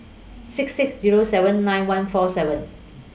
six six Zero seven nine one four seven